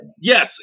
yes